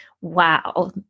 wow